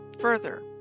Further